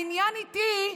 העניין איתי,